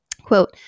quote